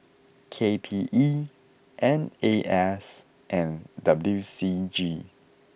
K P E N A S and W C G